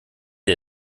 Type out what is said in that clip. ihr